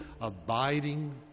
abiding